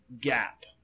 gap